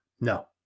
No